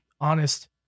honest